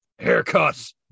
Haircuts